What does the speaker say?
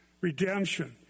redemption